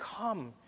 come